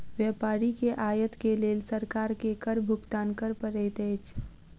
व्यापारी के आयत के लेल सरकार के कर भुगतान कर पड़ैत अछि